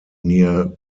near